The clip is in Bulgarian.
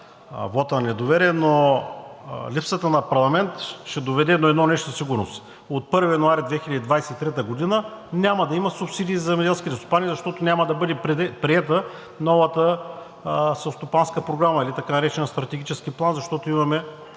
вота на недоверие, но липсата на парламент ще доведе до едно нещо със сигурност – от 1 януари 2023 г. няма да има субсидии за земеделските стопани, защото няма да бъде приета новата селскостопанска програма или така наречения Стратегически план, защото имаме